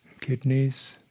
kidneys